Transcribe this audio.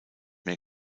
mehr